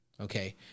Okay